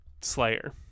slayer